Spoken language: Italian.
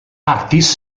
curtis